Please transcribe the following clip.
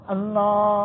Allah